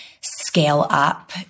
scale-up